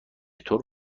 طور